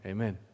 Amen